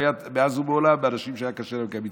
מאז ומעולם לאנשים היה קשה לקיים מצוות.